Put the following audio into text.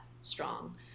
strong